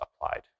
applied